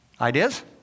ideas